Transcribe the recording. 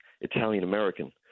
Italian-American